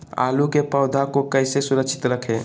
आलू के पौधा को कैसे सुरक्षित रखें?